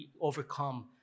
overcome